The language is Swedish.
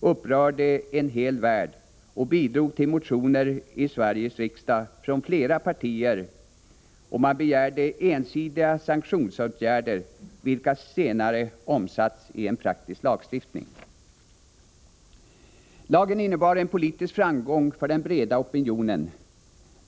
upprörde en hel värld och bidrog till motioner i Sveriges riksdag från flera partier där man begärde ensidiga sanktionsåtgärder, vilka senare har omsatts i praktisk lagstiftning. Lagen innebar en politisk framgång för den breda opinionen.